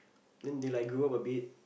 then they like grew up a bit